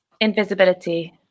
invisibility